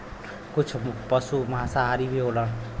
कुछ पसु मांसाहारी भी होलन